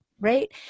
Right